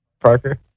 Parker